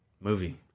movie